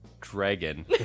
Dragon